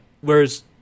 Whereas